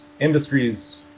industries